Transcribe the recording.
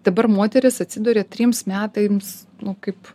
dabar moteris atsiduria trims metams nu kaip